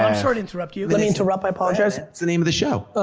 i'm sorry to interrupt you. let me interrupt, i apologize. it's the name of the show.